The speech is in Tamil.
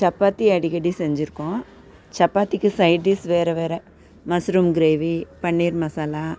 சப்பாத்தி அடிக்கடி செஞ்சுருக்கோம் சப்பாத்திக்கு சைடிஸ் வேறு வேறு மஸ்ரூம் கிரேவி பன்னீர் மசாலா